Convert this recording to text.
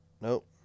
Nope